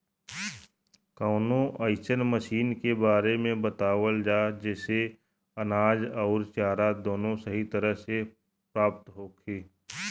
कवनो अइसन मशीन के बारे में बतावल जा जेसे अनाज अउर चारा दोनों सही तरह से प्राप्त होखे?